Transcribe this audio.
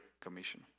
Commission